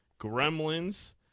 Gremlins